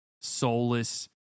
soulless